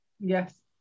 Yes